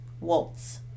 Waltz